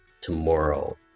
tomorrow